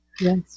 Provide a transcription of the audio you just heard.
yes